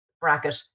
bracket